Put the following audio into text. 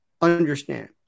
understand